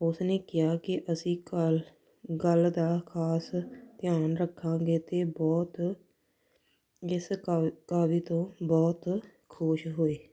ਉਸਨੇ ਕਿਹਾ ਕਿ ਅਸੀਂ ਘਲ ਗੱਲ ਦਾ ਖ਼ਾਸ ਧਿਆਨ ਰੱਖਾਂਗੇ ਅਤੇ ਬਹੁਤ ਇਸ ਕਾ ਕਾਵਿ ਤੋਂ ਬਹੁਤ ਖੁਸ਼ ਹੋਏ